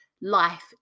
life